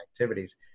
activities